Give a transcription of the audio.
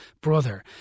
brother